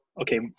okay